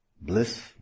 Bliss